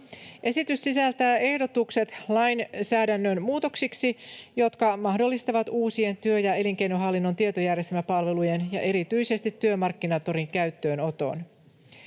Esitys sisältää ehdotukset lainsäädännön muutoksiksi, jotka mahdollistavat uusien työ‑ ja elinkeinohallinnon tietojärjestelmäpalvelujen ja erityisesti Työmarkkinatorin käyttöönoton.